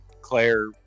Claire